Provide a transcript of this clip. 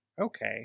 okay